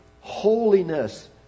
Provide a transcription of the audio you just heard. Holiness